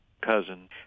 cousin